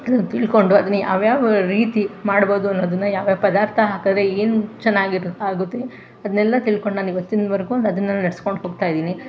ಅದನ್ನು ತಿಳ್ಕೊಂಡು ಅದನ್ನು ಯಾವ್ಯಾವ ರೀತಿ ಮಾಡ್ಬೋದು ಅನ್ನೋದನ್ನು ಯಾವ್ಯಾವ ಪದಾರ್ಥ ಹಾಕಿದ್ರೆ ಏನು ಚೆನ್ನಾಗಿ ಆಗುತ್ತೆ ಅದನ್ನೆಲ್ಲ ತಿಳ್ಕೊಂಡು ನಾನು ಇವತ್ತಿನವರ್ಗು ಅದನ್ನು ನಡೆಸ್ಕೊಂಡ್ ಹೋಗ್ತಾಯಿದೀನಿ